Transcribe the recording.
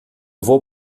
vou